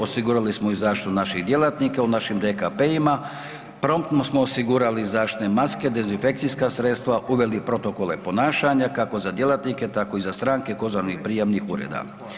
Osigurali smo i zaštitu naših djelatnika u našim DKP-ima, promptno smo osigurali zaštitne maske, dezinfekcijska sredstva, uveli protokole ponašanja kako za djelatnike tako i za stranke …/nerazumljivo/… prijavnih ureda.